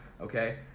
okay